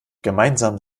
gemeinsam